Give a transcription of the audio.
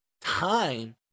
time